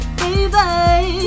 baby